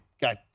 got